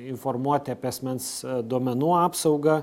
informuoti apie asmens duomenų apsaugą